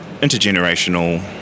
intergenerational